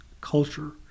culture